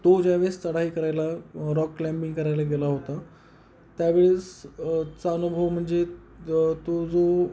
तो ज्यावेळेस चढाई करायला रॉक क्लाइम्बिंग करायला गेला होता त्यावेळेस चा अनुभव म्हणजे तो जो